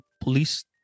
police